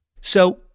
So-